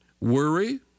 Worry